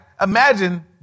Imagine